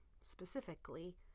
specifically